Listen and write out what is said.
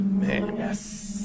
yes